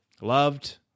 Loved